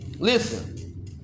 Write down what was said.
Listen